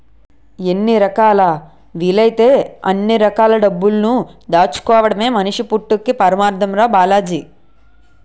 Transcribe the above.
ఎన్ని రకాలా వీలైతే అన్ని రకాల డబ్బులు దాచుకోడమే మనిషి పుట్టక్కి పరమాద్దం రా బాలాజీ